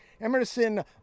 Emerson